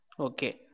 Okay